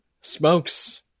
smokes